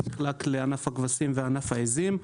שמחולק לענף הכבשים וענף העיזים.